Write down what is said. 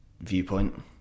Viewpoint